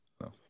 no